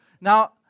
Now